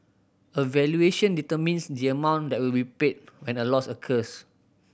a valuation determines the amount that will be paid when a loss occurs